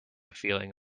feeling